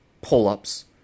pull-ups